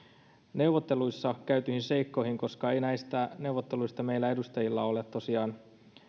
neuvotteluissa käytyihin seikkoihin koska ei näistä neuvotteluista meillä edustajilla ole tosiaan